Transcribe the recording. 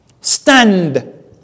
Stand